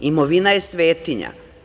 Imovina je svetinja.